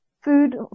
food